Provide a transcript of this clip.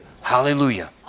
Hallelujah